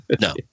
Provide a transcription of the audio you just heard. no